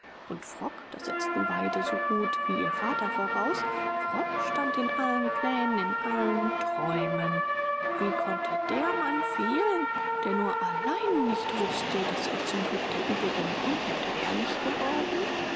und frock das setzten beide so gut wie ihr vater voraus frock stand in allen planen in allen träumen wie konnte der mann fehlen der nur allein nicht wußte daß er zum glück der übrigen unentbehrlich geworden